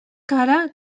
cara